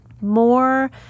more